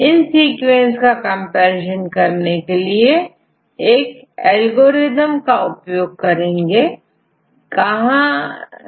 इन sequence की comparison के लिए हम एल्गोरिदम का उपयोग करते हैं कि कहां तक यह सीक्वेंस समान है और कहां इनमें भिन्नता है